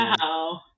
wow